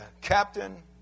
captain